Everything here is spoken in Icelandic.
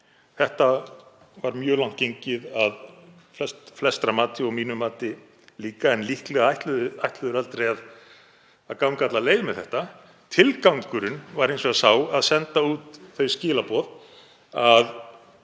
Þetta var mjög langt gengið að flestra mati og að mínu mati líka en líklega ætluðu þeir aldrei að ganga alla leið með þetta. Tilgangurinn var hins vegar sá að senda út þau skilaboð að